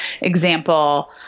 example